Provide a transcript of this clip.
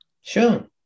Sure